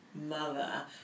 mother